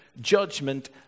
judgment